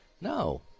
No